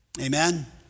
Amen